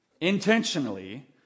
intentionally